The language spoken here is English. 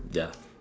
ya